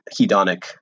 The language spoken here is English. hedonic